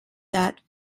that